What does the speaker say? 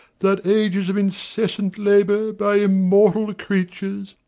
that ages of incessant labour by immortal creatures,